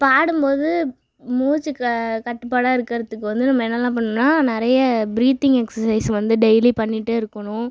பாடும் போது மூச்சு கட்டுப்பாடாக இருக்கிறதுக்கு வந்து நம்ம என்னெல்லாம் பண்ணும்னா நிறைய பிரீதிங் எக்சசைஸ் வந்து டெய்லி பண்ணிகிட்டே இருக்கணும்